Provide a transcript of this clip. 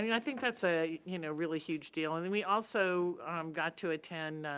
i mean i think that's a you know really huge deal and then we also got to attend,